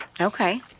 okay